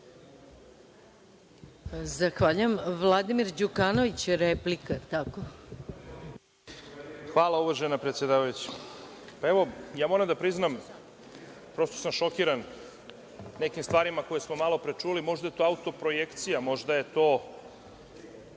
Izvolite. **Vladimir Đukanović** Hvala uvažena predsedavajuća. Evo, moram da priznam, prosto sam šokiran nekim stvarima koje smo malo pre čuli. Možda je to autoprojekcija, možda je to